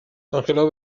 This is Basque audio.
angelo